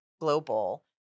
Global